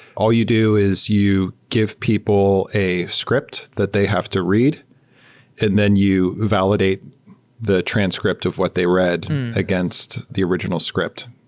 all you do is you give people a script that they have to read and then you validate the transcript of what they read against the original script.